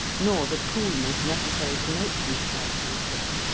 nor the coolness necessary to note these characteristics.